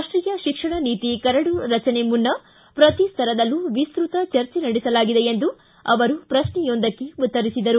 ರಾಷ್ಟೀಯ ಶಿಕ್ಷಣ ನೀತಿ ಕರಡು ರಚನೆ ಮುನ್ನ ಶ್ರತಿ ಸ್ತರದಲ್ಲೂ ವಿಸ್ತೃತ ಚರ್ಚೆ ನಡೆಸಲಾಗಿದೆ ಎಂದು ಅವರು ಶ್ರಕ್ನೆ ಯೊಂದಕ್ಕೆ ಉತ್ತರಿಸಿದರು